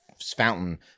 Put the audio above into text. fountain